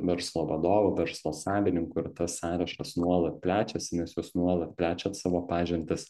verslo vadovų verslo savininkų ir tas sąrašas nuolat plečiasi nes jūs nuolat plečiat savo pažintis